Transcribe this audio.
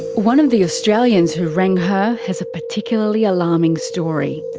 one of the australians who rang her has a particularly alarming story.